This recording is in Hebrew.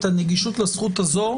את הנגישות לזכות הזו,